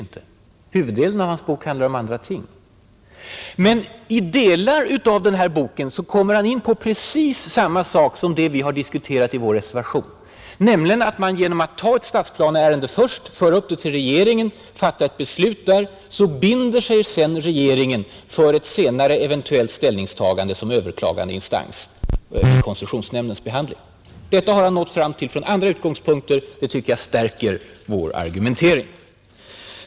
Huvuddelen av hans bok handlar om andra ting. Men i delar av denna bok kommer han in på precis samma sak som vi har diskuterat i vår reservation: att man, genom att man tar ett stadsplaneärende först där regeringen fattar ett beslut, binder regeringen inför ett senare eventuellt ställningstagande som besvärsinstans efter koncessionsnämndens behandling. Detta har Ronny Svensson nått fram till från delvis andra utgångspunkter; det tycker jag stärker vår argumentering.